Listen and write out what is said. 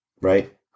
Right